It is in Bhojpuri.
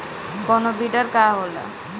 कोनो बिडर का होला?